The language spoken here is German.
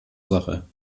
sache